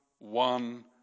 one